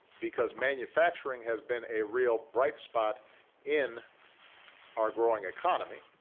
because manufacturing has been a real bright spot in our growing economy,